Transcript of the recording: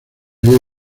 halla